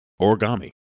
origami